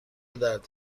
درد